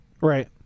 Right